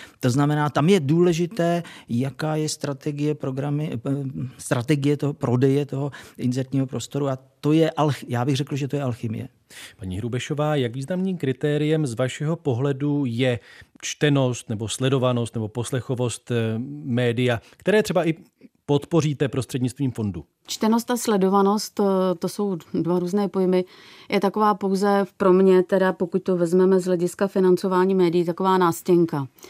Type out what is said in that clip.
To znamená, tam je důležité, jaká je strategie programy- eh, strategie toho prodeje toho inzertního prostoru a to je alch- já bych řekl, že to je alchymie. Paní Hrubešová, jak významným kritériem z vašeho pohledu je čtenost nebo sledovanost nebo poslechovost, eh, média, které třeba i podpoříte prostřednictvím fondu? Čtenost a sledovanost, eh, to jsou dva různé pojmy. Je taková pouze v- pro mě teda, pokud to vezmeme z hlediska financování médií, taková nástěnka.